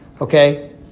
okay